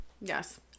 Yes